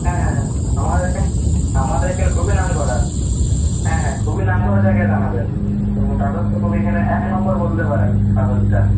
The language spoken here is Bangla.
হ্যাঁ হ্যাঁ হ্যাঁ আমার এখা আমাদের এখানে খুবই নাম করা হ্যাঁ হ্যাঁ খুবই নাম করা জায়গা এটা আমাদের ট্রাভেলস তো খুবই এখানে এক নম্বর বলতে পারেন ট্রাভেলসটা